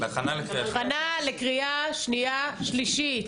הכנה לקריאה שנייה ושלישית,